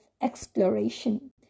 exploration